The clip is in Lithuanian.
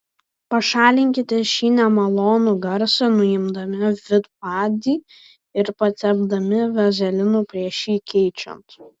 pašalinkite šį nemalonų garsą nuimdami vidpadį ir patepdami vazelinu prieš jį keičiant